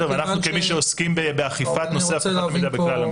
כמי שעוסקים באכיפת נושא אבטחת מידע בכלל המשק.